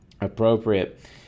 appropriate